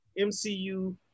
MCU